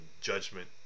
judgment